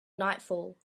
nightfall